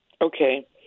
Okay